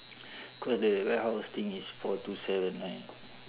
cause the warehouse thing is four to seven right